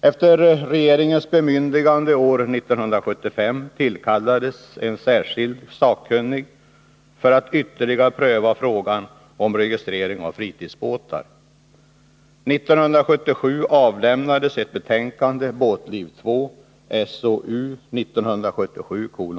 Efter regeringens bemyndigande år 1975 tillkallades en särskild sakkunnig för att ytterligare pröva frågan om registrering av fritidsbåtar. 1977 avlämnades ett betänkande, Båtliv 2 .